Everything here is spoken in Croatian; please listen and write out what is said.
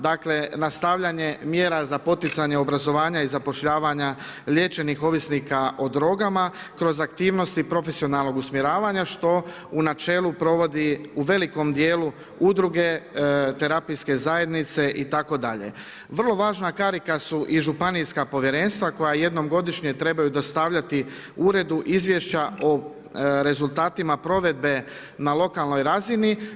Dakle, nastavljanje mjera za poticanje obrazovanja i zapošljavanja liječenih ovisnika o drogama kroz aktivnosti profesionalnog usmjeravanja što u načelu, provodi u velikom dijelu udruge, terapijske zajednica itd. vrlo važna karika su u županijska povjerenstva koja jednom godišnje trebaju dostavljati uredu izvješća o rezultatima provedbe na lokalnoj razini.